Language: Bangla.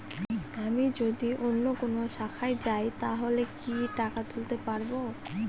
আমি যদি অন্য কোনো শাখায় যাই তাহলে কি টাকা তুলতে পারব?